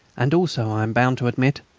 and also, i am bound to admit,